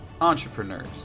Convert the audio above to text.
entrepreneurs